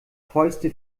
fäuste